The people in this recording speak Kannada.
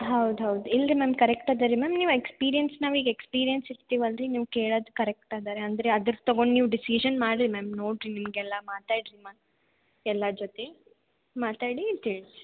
ಹೌದು ಹೌದು ಇಲ್ಲ ರೀ ಮ್ಯಾಮ್ ಕರೆಕ್ಟ್ ಇದೇರೀ ಮ್ಯಾಮ್ ನೀವು ಎಕ್ಸ್ಪೀರಿಯನ್ಸ್ ನಾವು ಈಗ ಎಕ್ಸ್ಪೀರಿಯನ್ಸ್ ಇರ್ತೀವಲ್ಲ ರೀ ನೀವು ಕೇಳದು ಕರೆಕ್ಟ್ ಇದೇರೀ ಅಂದರೆ ಅದ್ರ ತಗೊಂಡು ನೀವು ಡಿಸಿಷನ್ ಮಾರಿಡಿ ಮ್ಯಾಮ್ ನೋಡಿರಿ ನಿಮಗೆಲ್ಲ ಮಾತಾಡಿರಿ ಮ್ಯಾಮ್ ಎಲ್ಲ ಜೊತೆ ಮಾತಾಡಿ ತಿಳಿಸ್ರಿ